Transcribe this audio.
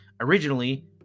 originally